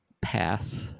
path